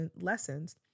lessons